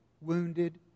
wounded